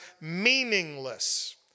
meaningless